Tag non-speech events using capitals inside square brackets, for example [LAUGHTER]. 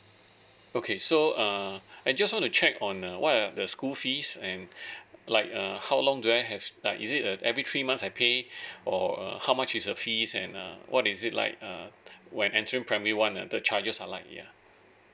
okay so err I just want to check on uh what are the school fees and [BREATH] like uh how long do I have like is it err every three months I pay [BREATH] or uh how much is the fees and uh what is it like err when entering primary one ah the the charges are like yeah